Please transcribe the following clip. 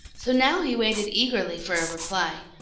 so now he waited eagerly for a reply.